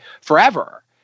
forever